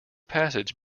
passage